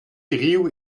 hiziv